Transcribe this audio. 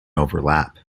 overlap